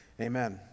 amen